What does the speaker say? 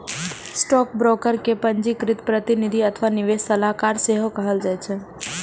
stockbroker कें पंजीकृत प्रतिनिधि अथवा निवेश सलाहकार सेहो कहल जाइ छै